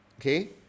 Okay